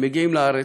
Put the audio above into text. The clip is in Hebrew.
הם מגיעים לארץ,